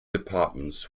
departments